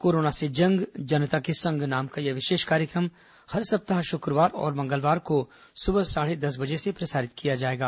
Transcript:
corona से जंग जनता के संग नाम का यह विशेष कार्यक्रम हर सप्ताह शुक्रवार और मंगलवार को सुबह साढ़े दस बजे से प्रसारित किया जाएगा